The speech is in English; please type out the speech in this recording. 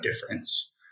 difference